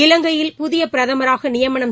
இலங்கையில் புதியபிரதமராகநியமனம்